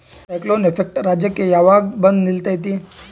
Cyclone effect ರಾಜ್ಯಕ್ಕೆ ಯಾವಾಗ ಬಂದ ನಿಲ್ಲತೈತಿ?